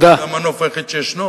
כי זה המנוף היחיד שישנו.